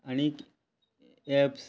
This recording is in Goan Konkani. आनी एप्स